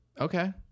Okay